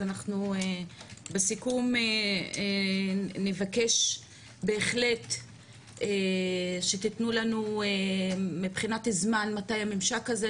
אנחנו בסיכום נבקש בהחלט שתתנו לנו מבחינת זמן מתי הממשק הזה,